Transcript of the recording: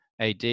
AD